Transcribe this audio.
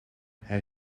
hij